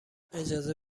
اجازه